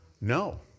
No